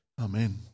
amen